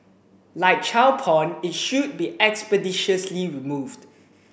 like child porn it should be expeditiously removed